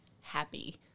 happy